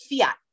fiat